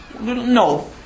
no